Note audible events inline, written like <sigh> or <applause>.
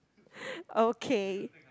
<breath> okay